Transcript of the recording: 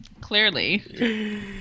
Clearly